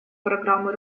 программы